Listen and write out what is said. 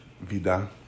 Vida